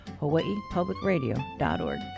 hawaiipublicradio.org